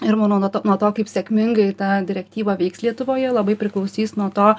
ir manau nuo to nuo to kaip sėkmingai ta direktyva veiks lietuvoje labai priklausys nuo to